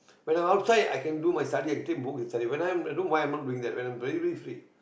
when I'm outside I can do my study I can take book and study when I'm at home why I'm not doing that when I'm very very free